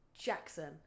Jackson